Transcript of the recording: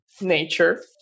nature